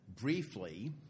briefly